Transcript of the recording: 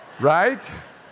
right